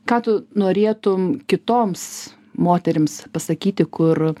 ką tu norėtum kitoms moterims pasakyti kur